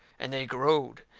and they growed.